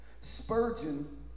Spurgeon